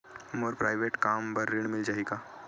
मोर private कम बर ऋण मिल जाही का?